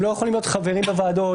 הם לא יכולים להיות חברים בוועדות,